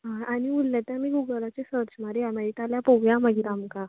आनी उल्लें तें आमी गूगलाचेर सर्च मारया मेळटाल्यार पळोवया मागीर आमकां